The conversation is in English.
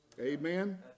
amen